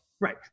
right